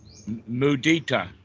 mudita